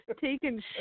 taking